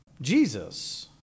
Jesus